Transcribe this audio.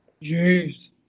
Jeez